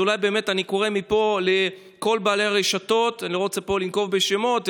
אני קורא מפה לכל בעלי הרשתות אני לא רוצה לנקוב פה בשמות,